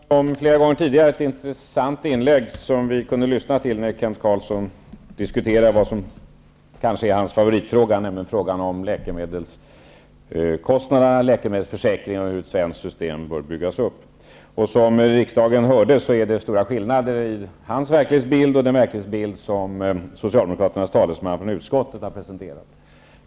Fru talman! Det var, som flera gånger tidigare, ett intressant inlägg vi kunde lyssna till när Kent Carlsson diskuterade det som kanske är hans favoritfråga, nämligen frågan om läkemedelskostnaderna, läkemedelsförsäkringen och hur ett svenskt system bör byggas upp. Som riksdagen hörde råder det stora skillnader i hans verklighetsbild och den verklighetsbild som Socialdemokraternas talesman från utskottet har presenterat.